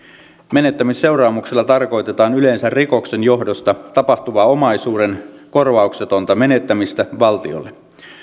menettämisseuraamuksella tarkoitetaan yleensä rikoksen johdosta tapahtuvaa omaisuuden korvauksetonta menettämistä valtiolle